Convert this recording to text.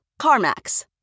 CarMax